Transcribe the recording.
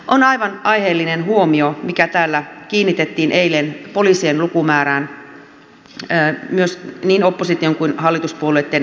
on aivan aiheellinen huomio mikä täällä kiinnitettiin eilen poliisien lukumäärään niin opposition kuin hallituspuolueitten riveistä